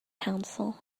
council